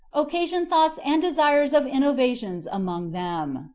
occasioned thoughts and desires of innovations among them.